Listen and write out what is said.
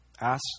ask